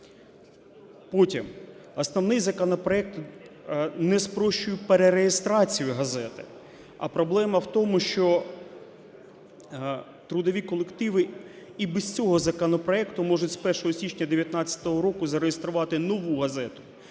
Потім, основний законопроект не спрощує перереєстрацію газети. А проблема в тому, що трудові колективи і без цього законопроекту можуть з 1 січня 19-го року зареєструвати нову газету,